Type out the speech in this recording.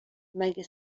مگه